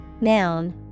Noun